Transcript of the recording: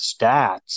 stats